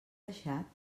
baixat